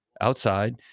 outside